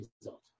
result